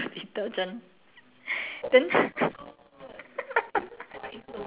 I don't know I use okay for the clothes I used the floor detergent then for the floor I used the clothes detergent